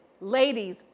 ladies